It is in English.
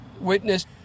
witness